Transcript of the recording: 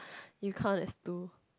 you count as two